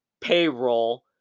payroll